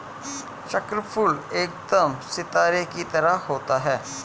चक्रफूल एकदम सितारे की तरह होता है